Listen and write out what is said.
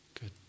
good